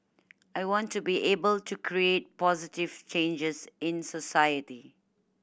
I want to be able to create positive changes in society